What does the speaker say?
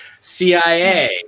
CIA